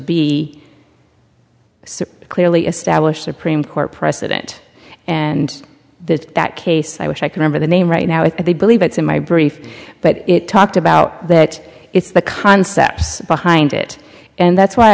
be so clearly established supreme court precedent and that that case i wish i could number the name right now if they believe it's in my brief but it talked about that it's the concepts behind it and that's why